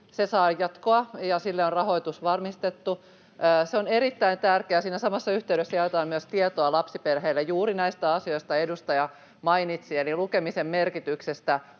saa jatkoa ja sille on rahoitus varmistettu. Se on erittäin tärkeää. Siinä samassa yhteydessä jaetaan myös tietoa lapsiperheille juuri näistä asioista, joista edustaja mainitsi, eli lukemisen merkityksestä